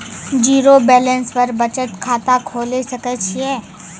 Zero balance पर बचत खाता खोले सकय छियै?